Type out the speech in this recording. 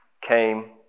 came